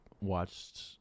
watched